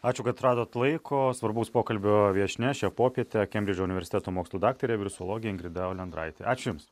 ačiū kad radot laiko svarbaus pokalbio viešnia šią popietę kembridžo universiteto mokslų daktarė virusologė ingrida olendraitė ačiū jums